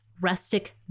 rustic